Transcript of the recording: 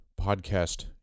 podcast